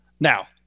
Now